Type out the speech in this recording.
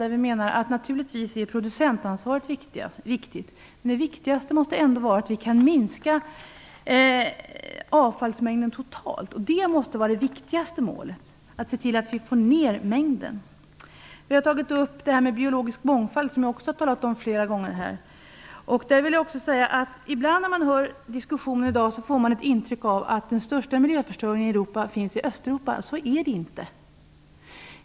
Där menar vi att producentansvaret är viktigt, men det viktigaste måste ändå vara att vi kan minska avfallsmängden totalt. Det måste vara det viktigaste målet att se till att vi får ner mängden avfall. Vidare har vi tagit upp detta med biologisk mångfald. Det har jag också talat om flera gånger här. Ibland när man hör diskussionen i dag får man ett intryck av att den största miljöförstöringen i Europa finns i Östeuropa. Så är det inte.